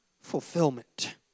fulfillment